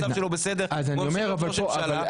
שלו בסדר והוא רוצה להיות ראש ממשלה?